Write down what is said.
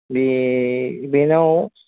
बे बेनाव